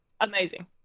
Amazing